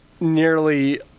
nearly